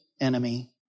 enemy